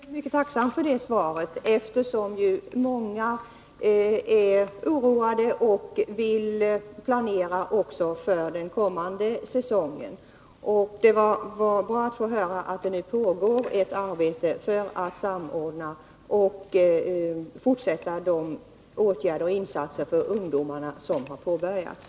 Herr talman! Jag är mycket tacksam för det svaret, eftersom många är oroade och vill planera också för den kommande säsongen. Det var bra att få höra att det nu pågår ett arbete för att samordna och gå vidare med de åtgärder och insatser för ungdomarna som har påbörjats.